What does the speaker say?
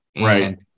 Right